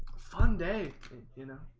fun day you know